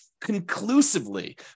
conclusively